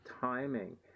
timing